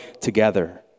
together